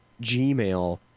Gmail